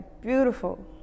beautiful